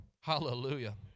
Hallelujah